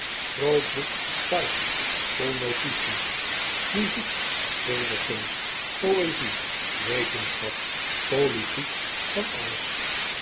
groot boek thuis vol notifies muziek schilderkunst poezie wetenschap politiek van alles